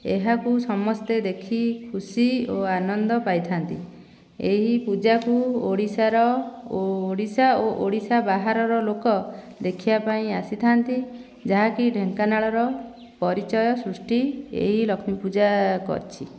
ଏହାକୁ ସମସ୍ତେ ଦେଖି ଖୁସି ଓ ଆନନ୍ଦ ପାଇଥାନ୍ତି ଏହି ପୂଜାକୁ ଓଡ଼ିଶାର ଓଡ଼ିଶା ଓ ଓଡ଼ିଶା ବାହାରର ଲୋକ ଦେଖିବା ପାଇଁ ଆସିଥାନ୍ତି ଯାହାକି ଢେଙ୍କାନାଳର ପରିଚୟ ସୃଷ୍ଟି ଏହି ଲକ୍ଷ୍ମୀପୂଜା କରିଛି